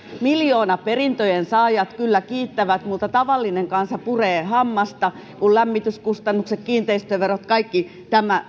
miljoonaperintöjen saajat kyllä kiittävät mutta tavallinen kansa puree hammasta kun lämmityskustannukset kiinteistöverot kaikki nämä nousevat tämä